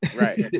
Right